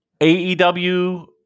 AEW